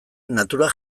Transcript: natura